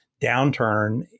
downturn